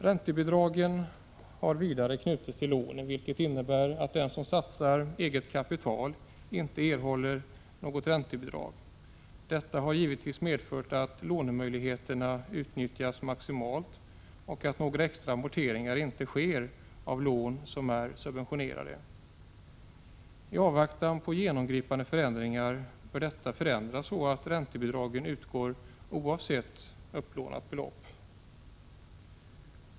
Räntebidraget är vidare knutet till lånen, vilket innebär att den som satsar eget kapital inte erhåller något räntebidrag. Detta har givetvis medfört att lånemöjligheterna utnyttjas maximalt och att några extra amorteringar inte sker av lån som är subventionerade. I avvaktan på genomgripande förändringar bör detta förändras så, att räntebidraget utgår oavsett upplånat belopp.